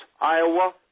Iowa